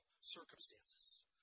circumstances